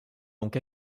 donc